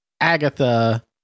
Agatha